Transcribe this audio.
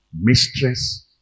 Mistress